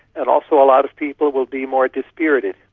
and also a lot of people will be more dispirited.